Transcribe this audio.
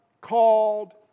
called